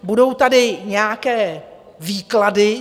Budou tady nějaké výklady.